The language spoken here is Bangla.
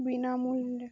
বিনামূল্যে